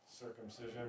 circumcision